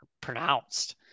Pronounced